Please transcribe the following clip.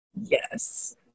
Yes